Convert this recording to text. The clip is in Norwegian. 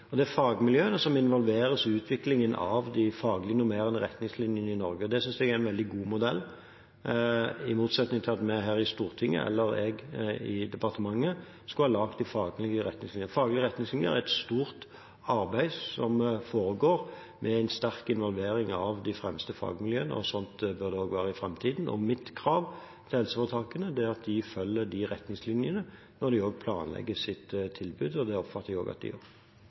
nært samarbeid med fagmiljøene. Fagmiljøene involveres i utviklingen av de faglige normerende retningslinjene i Norge, og det synes jeg er en veldig god modell – i motsetning til at man her i Stortinget eller jeg i departementet skulle ha laget de faglige retningslinjene. Faglige retningslinjer er et stort arbeid som foregår med en sterk involvering av de fremste fagmiljøene. Sånn bør det også være i framtiden. Mitt krav til helseforetakene er at de følger de retningslinjene når de planlegger sitt tilbud, og det oppfatter jeg at de gjør.